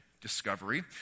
discovery